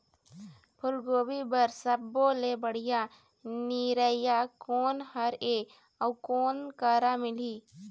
फूलगोभी बर सब्बो ले बढ़िया निरैया कोन हर ये अउ कोन करा मिलही?